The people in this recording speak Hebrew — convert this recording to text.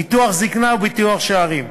ביטוח זיקנה וביטוח שאירים.